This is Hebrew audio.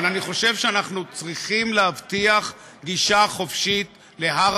אבל אני חושב שאנחנו צריכים להבטיח גישה חופשית להר